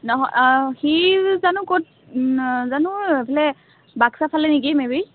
নহয় সি জানো ক'ত জানো এইফালে বাক্সাৰফালে নেকি মেবি